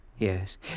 Yes